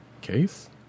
case